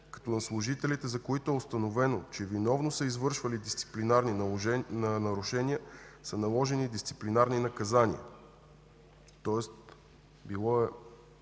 На служителите, за които е установено, че виновно са извършвали дисциплинарни нарушения, са наложени дисциплинарни наказания. Тоест било е